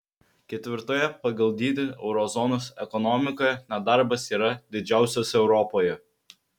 ketvirtoje pagal dydį euro zonos ekonomikoje nedarbas yra didžiausias europoje